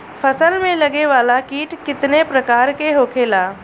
फसल में लगे वाला कीट कितने प्रकार के होखेला?